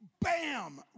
Bam